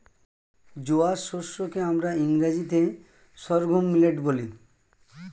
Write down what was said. জোয়ার শস্য কে আমরা ইংরেজিতে সর্ঘুম মিলেট বলি